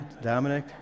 Dominic